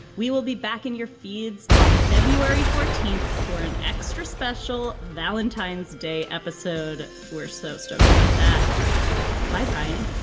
we will be back in your feeds on february fourteenth for an extra special valentine's day episode where so stoked about that hi, brian.